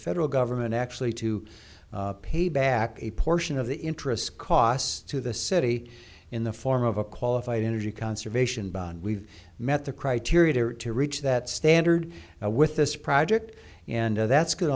federal government actually to pay back a portion of the interest costs to the city in the form of a qualified energy conservation bond we've met the criteria to reach that standard with this project and that's go